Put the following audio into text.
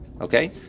Okay